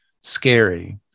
scary